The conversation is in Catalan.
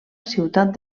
ciutat